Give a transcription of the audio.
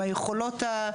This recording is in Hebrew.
עם היכולות.